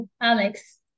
Alex